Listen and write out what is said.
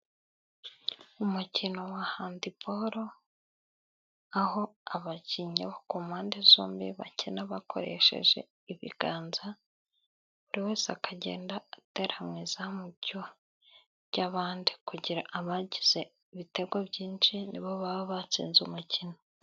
Umukino wa handiboro, aho abakinnyi bo ku mpande zombi bakina bakoresheje ibiganza, buri wese akagenda ateera mu izamu ry'abandi kugira abagize ibitego byinshi nibo baba batsinze umukino.